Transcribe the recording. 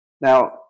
Now